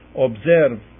observe